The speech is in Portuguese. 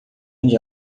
onde